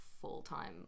full-time